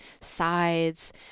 sides